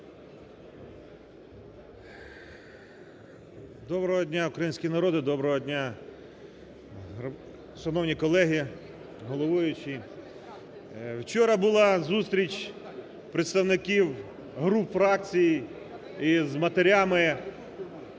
Доброго дня, український народе, доброго дня, шановні колеги, головуючий. Вчора була зустріч представників груп, фракцій із матерями